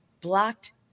blocked